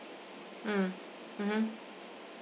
mm mmhmm